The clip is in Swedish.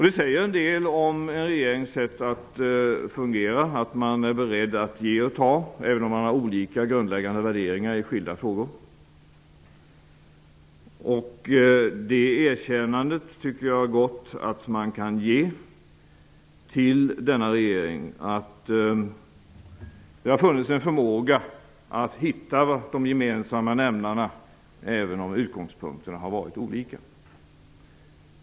Det säger en del om en regerings sätt att fungera, när man är beredd att ge och ta, även om man har olika grundläggande värderingar i skilda frågor. Det har funnits en förmåga att hitta de gemensamma nämnarna, även om utgångspunkterna varit olika. Det erkännandet kan man gott ge till denna regering.